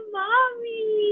mommy